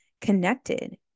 connected